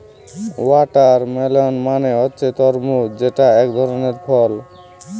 watermelon মানে হচ্ছে তরমুজ যেটা একধরনের ফল